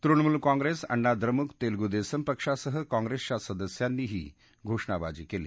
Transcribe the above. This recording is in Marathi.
तृणमुल काँग्रेस अण्णा द्रमुक तेलगू देसम पक्षासह काँग्रेसच्या सदस्यांनी ही घोषणाबाजी केली